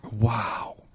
Wow